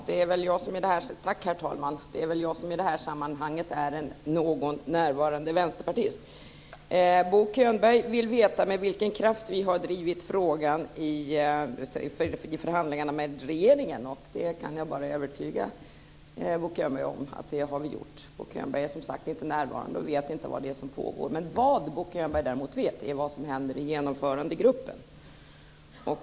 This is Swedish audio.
Herr talman! Det är väl jag som i det här sammanhanget är "någon närvarande vänsterpartist". Bo Könberg vill veta med vilken kraft vi har drivit frågan i förhandlingarna med regeringen. Där kan jag bara säga att Bo Könberg kan vara övertygad om att vi har drivit frågan. Men Bo Könberg är ju inte närvarande där och vet således inte vad som pågår. Däremot vet Bo Könberg vad som händer i Genomförandegruppen.